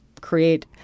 create